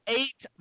eight